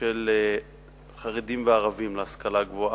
של חרדים וערבים להשכלה הגבוהה,